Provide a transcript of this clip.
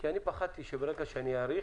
פחדתי שברגע שאני אאריך